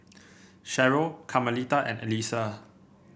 Cherryl Carmelita and Elyssa